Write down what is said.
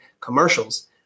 commercials